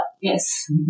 yes